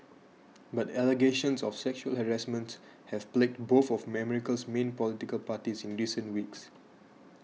but allegations of sexual harassment have plagued both of America's main political parties in recent weeks